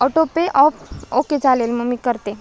autopay off okay चालेल मग मी करते